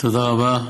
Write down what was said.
תודה רבה.